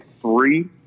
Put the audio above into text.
three